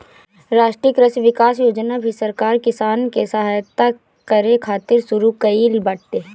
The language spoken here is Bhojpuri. राष्ट्रीय कृषि विकास योजना भी सरकार किसान के सहायता करे खातिर शुरू कईले बाटे